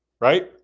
right